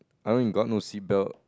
I mean got no seatbelt